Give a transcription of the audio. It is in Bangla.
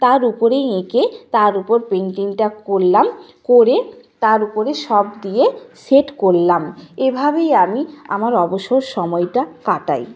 তার উপরেই এঁকে তার উপর পেন্টিংটা করলাম করে তার উপরে সব দিয়ে সেট করলাম এভাবেই আমি আমার অবসর সময়টা কাটাই